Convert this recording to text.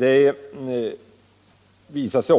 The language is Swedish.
är ofantliga.